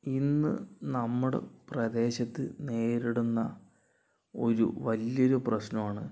ഇന്ന് നമ്മുടെ പ്രദേശത്ത് നേരിടുന്ന ഒരു വലിയൊരു പ്രശ്നമാണ്